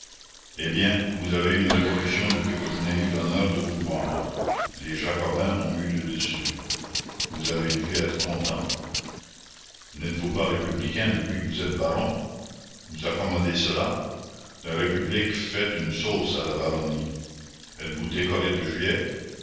eh bien vous avez eu une révolution depuis que je n'ai eu l'honneur de vous voir les jacobins ont eu le dessus vous avez dû être content n'êtes-vous pas républicain depuis que vous êtes baron vous accommodez cela la république fait une sauce à la baronnie êtes-vous décoré de juillet